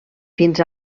fins